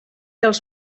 els